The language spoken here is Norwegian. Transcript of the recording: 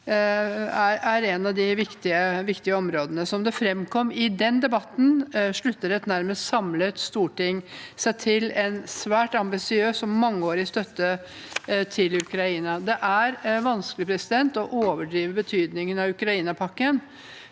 er et av de viktige områdene. Som det framkom i den debatten, slutter et nærmest samlet storting seg til en svært ambisiøs og mangeårig støtte til Ukraina. Det er vanskelig å overdrive betydningen av Ukraina-pakken.